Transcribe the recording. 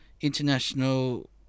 international